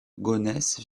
gonesse